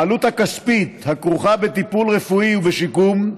העלות הכספית הכרוכה בטיפול רפואי ובשיקום,